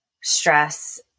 stress